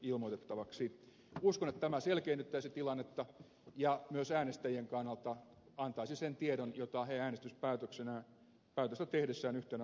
uskon että tämä selkeyttäisi tilannetta ja myös äänestäjien kannalta antaisi sen tiedon jota he äänestyspäätöstä tehdessään yhtenä osana tarvitsevat